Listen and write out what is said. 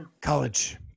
college